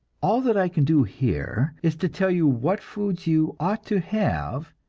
all that i can do here is to tell you what foods you ought to have,